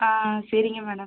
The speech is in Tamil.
ஆ சரிங்க மேடம்